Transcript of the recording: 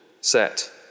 set